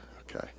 Okay